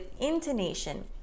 intonation